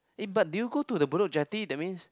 eh but did you go to the Bedok-Jetty that means